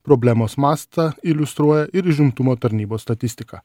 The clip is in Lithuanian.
problemos mastą iliustruoja ir užimtumo tarnybos statistika